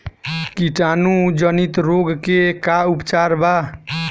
कीटाणु जनित रोग के का उपचार बा?